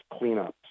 cleanups